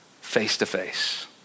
face-to-face